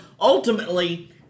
ultimately